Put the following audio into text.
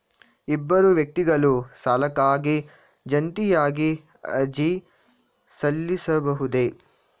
ಇಬ್ಬರು ವ್ಯಕ್ತಿಗಳು ಸಾಲಕ್ಕಾಗಿ ಜಂಟಿಯಾಗಿ ಅರ್ಜಿ ಸಲ್ಲಿಸಬಹುದೇ?